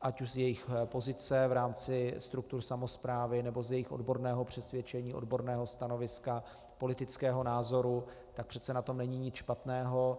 ať už z jejich pozice v rámci struktur samosprávy, nebo z jejich odborného přesvědčení, odborného stanoviska, politického názoru, přece na tom není nic špatného.